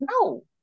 no